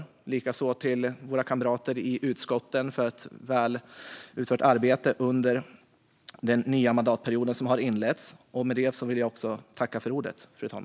Likaså vill jag rikta mig till våra kamrater i utskotten och tacka för ett väl utfört arbete under inledningen av den nya mandatperioden.